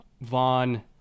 Vaughn